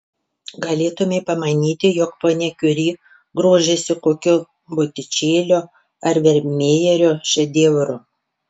galėtumei pamanyti jog ponia kiuri grožisi kokiu botičelio ar vermejerio šedevru